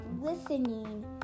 listening